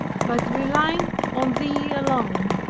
but relying on thee alone,